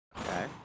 Okay